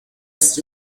ist